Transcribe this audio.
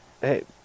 hey